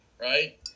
Right